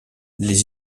les